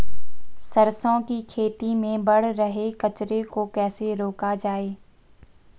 सरसों की खेती में बढ़ रहे कचरे को कैसे रोका जाए?